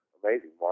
amazing